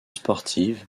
sportive